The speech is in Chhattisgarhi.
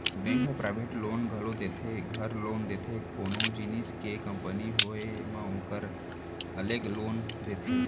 बेंक ह पराइवेट लोन घलौ देथे, घर लोन देथे, कोनो जिनिस के कंपनी होय म ओकर अलगे लोन देथे